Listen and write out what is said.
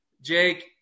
Jake